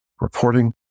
reporting